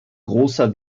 großer